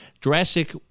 Jurassic